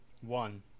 One